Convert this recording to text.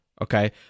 okay